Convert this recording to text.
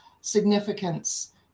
significance